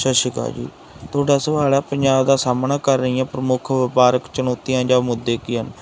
ਸਤਿ ਸ਼੍ਰੀ ਅਕਾਲ ਜੀ ਤੁਹਾਡਾ ਸਵਾਲ ਹੈ ਪੰਜਾਬ ਦਾ ਸਾਹਮਣਾ ਕਰ ਰਹੀਆਂ ਪ੍ਰਮੁੱਖ ਵਪਾਰਕ ਚੁਣੌਤੀਆਂ ਜਾਂ ਮੁੱਦੇ ਕੀ ਹਨ